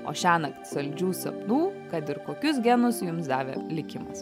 o šiąnakt saldžių sapnų kad ir kokius genus jums davė likimas